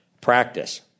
practice